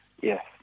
yes